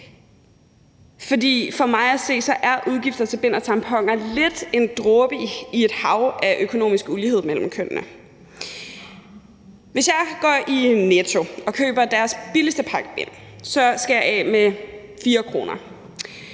For mig at se er udgifter til bind og tamponer lidt en dråbe i et hav af økonomisk ulighed mellem kønnene. Hvis jeg går i Netto og køber deres billigste pakke bind, skal jeg af med 4 kr.